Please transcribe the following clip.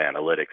analytics